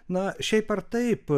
na šiaip ar taip